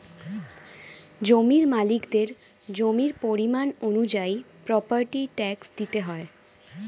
জমির মালিকদের জমির পরিমাণ অনুযায়ী প্রপার্টি ট্যাক্স দিতে হয়